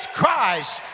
Christ